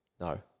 No